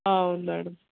అవును మేడం